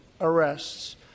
arrests